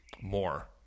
more